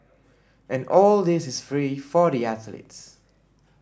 and all this is free for the athletes